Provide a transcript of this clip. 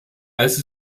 als